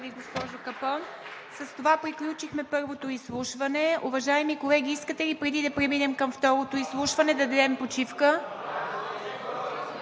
С това приключихме първото изслушване. Уважаеми колеги, искате ли, преди да преминем към второто изслушване, да дадем почивка?